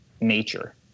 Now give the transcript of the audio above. Nature